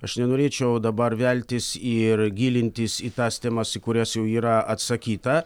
aš nenorėčiau dabar veltis ir gilintis į tas temas į kurias jau yra atsakyta